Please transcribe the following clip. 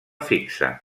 fixa